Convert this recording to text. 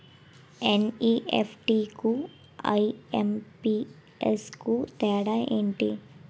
NEFT కు IMPS కు తేడా ఎంటి?